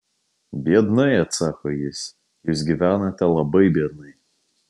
biednai atsako jis jūs gyvenote labai biednai